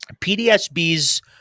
PDSB's